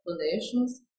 explanations